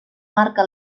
marca